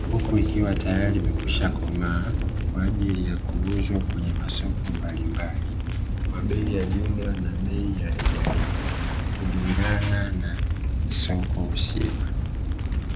huku yakiwa tayari yamekwisha komaa kwa ajili ya kuuzwa kwenye masoko mbalimbali, kwa bei ya jumla na bei ya rejareja kulingana na soko husika.